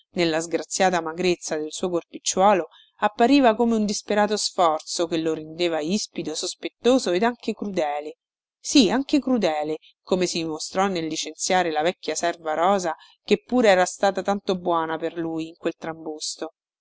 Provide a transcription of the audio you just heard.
nella sgraziata magrezza del suo corpicciuolo appariva come un disperato sforzo che lo rendeva ispido sospettoso ed anche crudele sì anche crudele come si dimostrò nel licenziare la vecchia serva rosa che pure era stata tanto buona per lui in quel trambusto